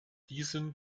diesen